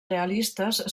realistes